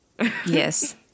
Yes